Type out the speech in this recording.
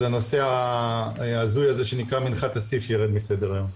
הנושא ההזוי הזה שנקרא "מנחת אסיף" יירד מסדר היום.